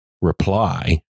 reply